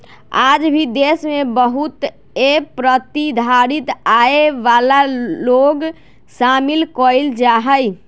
आज भी देश में बहुत ए प्रतिधारित आय वाला लोग शामिल कइल जाहई